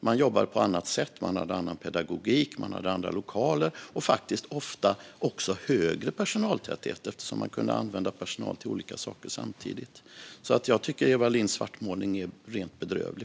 Man jobbade på andra sätt, man hade annan pedagogik, man hade andra lokaler och faktiskt ofta också högre personaltäthet, eftersom man kunde använda personal till olika saker samtidigt. Jag tycker faktiskt att Eva Lindhs svartmålning är rent bedrövlig.